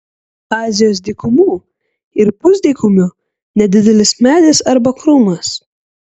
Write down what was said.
azijos dykumų ir pusdykumių nedidelis medis arba krūmas